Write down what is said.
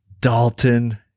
Dalton